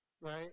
right